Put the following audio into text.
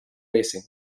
racing